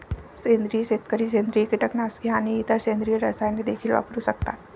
सेंद्रिय शेतकरी सेंद्रिय कीटकनाशके आणि इतर सेंद्रिय रसायने देखील वापरू शकतात